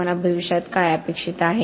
तुम्हाला भविष्यात काय अपेक्षित आहे